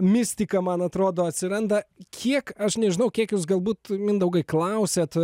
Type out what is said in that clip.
mistika man atrodo atsiranda kiek aš nežinau kiek jūs galbūt mindaugai klausiat